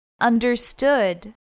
understood